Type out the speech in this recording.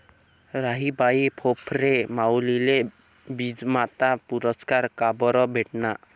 राहीबाई फोफरे माउलीले बीजमाता पुरस्कार काबरं भेटना?